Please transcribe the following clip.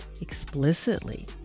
explicitly